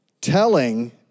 telling